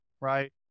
right